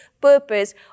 purpose